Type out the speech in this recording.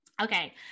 Okay